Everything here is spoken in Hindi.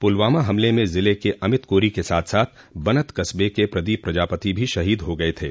पुलवामा हमले में ज़िले के अमित कोरी के साथ साथ बनत कस्बे के प्रदीप प्रजापति भी शहीद हो गये थे